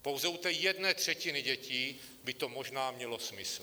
Pouze u té jedné třetiny dětí by to možná mělo smysl.